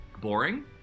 boring